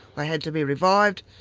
i had to be revived.